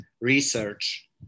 research